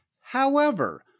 However-